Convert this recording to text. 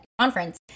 Conference